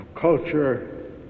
culture